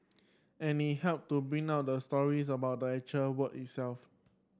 and it help to bring out the stories about the actual work itself